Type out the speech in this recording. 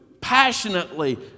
passionately